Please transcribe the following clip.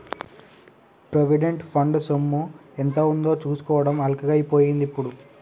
provident fund సొమ్ము ఎంత ఉందో చూసుకోవడం అల్కగై పోయిందిప్పుడు